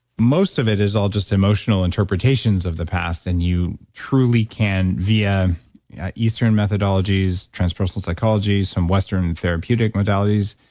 most of it is all just emotional interpretations of the past. and you truly can via eastern methodologies, transpersonal psychology, some western therapeutic methodologies,